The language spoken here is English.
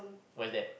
what is that